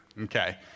Okay